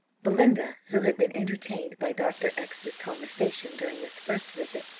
belinda, who had been entertained by dr. x s conversation during this first visit,